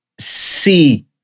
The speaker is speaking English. see